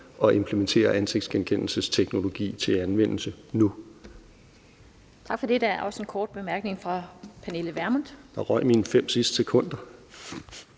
at implementere ansigtskendelsesteknologi til anvendelse nu.